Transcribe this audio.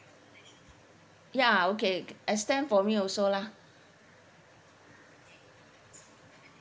ya okay extend for me also lah